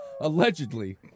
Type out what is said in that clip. allegedly